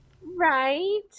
right